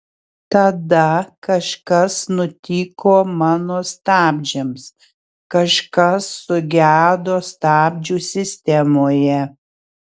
tada kažkas nutiko mano stabdžiams kažkas sugedo stabdžių sistemoje